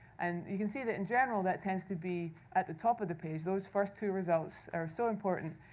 and you can see that, in general, that tends to be at the top of the page. those first two results are so important.